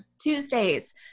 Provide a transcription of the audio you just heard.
Tuesdays